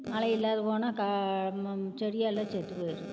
மழை இல்லாதுப் போனால் க ம செடி எல்லாம் செத்துப் போயிடுது